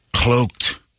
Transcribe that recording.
Cloaked